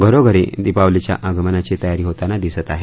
घरोघरी दीपावलीच्या आगमनाची तयारी होताना दिसते आहे